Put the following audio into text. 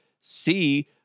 see